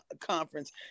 Conference